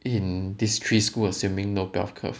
in these three school assuming no bell curve